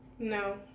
no